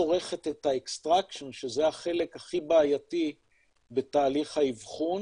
אבל היא לא צורת את האקסטרקשן שזה החלק הכי בעייתי בתהליך האבחון